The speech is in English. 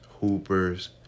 hoopers